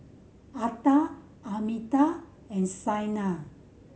Atal Amitabh and Saina